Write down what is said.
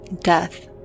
death